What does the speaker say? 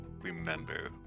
remember